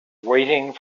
waiting